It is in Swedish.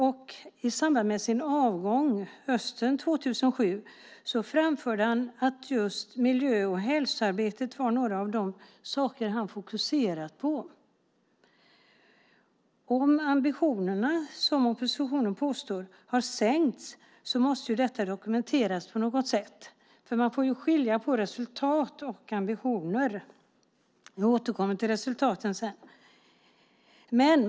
I samband med sin avgång hösten 2007 framförde han att just miljö och hälsoarbetet var några av de saker han fokuserat på. Om ambitionerna - som oppositionen påstår - har sänkts måste detta dokumenteras på något sätt. Man får skilja på resultat och ambitioner. Jag återkommer till det sedan.